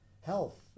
health